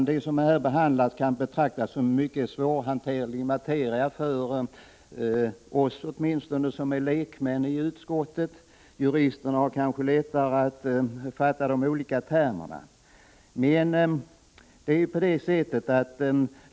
Det ämne som här behandlas kan betraktas som mycket svårhanterlig materia, åtminstone för oss i utskottet som är lekmän — juristerna kanske har lättare att fatta de olika termerna.